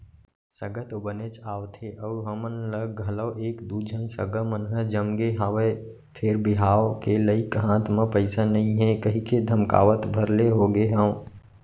सगा तो बनेच आवथे अउ हमन ल घलौ एक दू झन सगा मन ह जमगे हवय फेर बिहाव के लइक हाथ म पइसा नइ हे कहिके धकमकावत भर ले होगे हंव